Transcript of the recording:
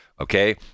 okay